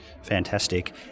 Fantastic